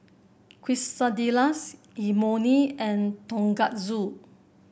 Quesadillas Imoni and Tonkatsu